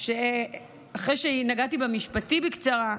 אחרי שנגעתי במשפטי בקצרה,